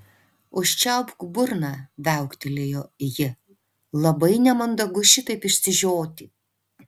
užčiaupk burną viauktelėjo ji labai nemandagu šitaip išsižioti